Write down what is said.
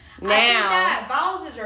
Now